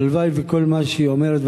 הלוואי שכל מה שהיא אומרת,